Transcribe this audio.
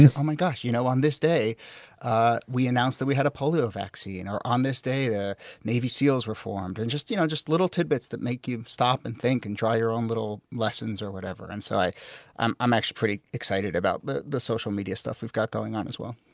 yeah oh my gosh. you know, on this day ah we announced that we had a polio vaccine. or on this day navy seals were formed. and just you know just little tidbits that make you stop and think and draw your own little lessons or whatever. and so, i'm i'm actually pretty excited about the the social media stuff we've got going on as well